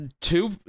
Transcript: two